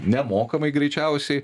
nemokamai greičiausiai